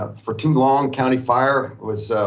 ah for too long, county fire was,